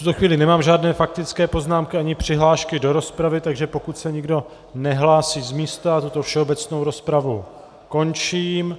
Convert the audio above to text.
V tuto chvíli nemám žádné faktické poznámky ani přihlášky do rozpravy, takže pokud se nikdo nehlásí z místa, tuto všeobecnou rozpravu končím.